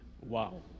Wow